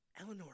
Eleanor